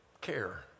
care